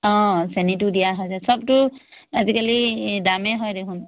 অঁ চেনিটো দিয়া হয় যে সবটো আজিকালি দামেই হয় দেখোন